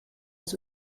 les